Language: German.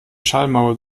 schallmauer